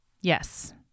Yes